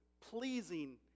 pleasing